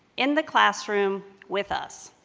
in the classroom, with us.